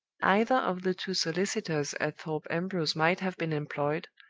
either of the two solicitors at thorpe ambrose might have been employed,